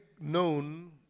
known